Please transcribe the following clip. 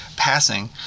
Passing